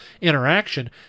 interaction